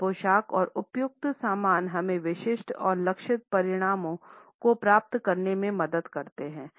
सही पोशाक और उपयुक्त सामान हमें विशिष्ट और लक्षित परिणामों को प्राप्त करने में मदद करते हैं